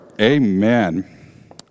Amen